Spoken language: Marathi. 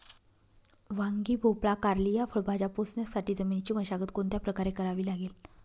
वांगी, भोपळा, कारली या फळभाज्या पोसण्यासाठी जमिनीची मशागत कोणत्या प्रकारे करावी लागेल?